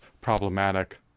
problematic